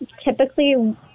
Typically